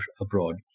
abroad